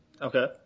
Okay